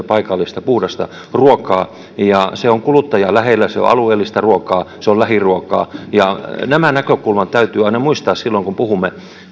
paikallista puhdasta ruokaa ja se on kuluttajaa lähellä se on alueellista ruokaa se on lähiruokaa nämä näkökulmat täytyy aina muistaa silloin kun puhumme